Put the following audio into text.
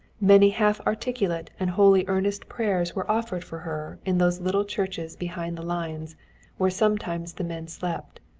many half articulate and wholly earnest prayers were offered for her in those little churches behind the lines where sometimes the men slept,